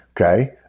Okay